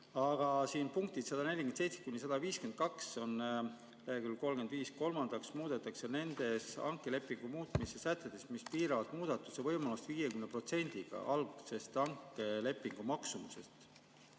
Aga siin on punktid 147–152, leheküljel 35: "Kolmandaks muudetakse nendes hankelepingu muutmise sätetes, mis piiravad muudatuse võimalust 50%-ga algsest hankelepingu maksumusest